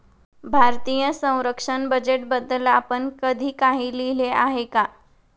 भारतीय संरक्षण बजेटबद्दल आपण कधी काही लिहिले आहे का?